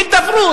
הידברות,